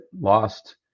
lost